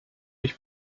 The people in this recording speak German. mich